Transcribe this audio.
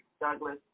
Douglas